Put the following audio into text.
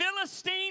Philistine